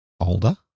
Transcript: older